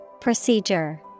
Procedure